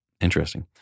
Interesting